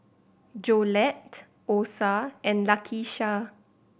Jolette Osa and Lakisha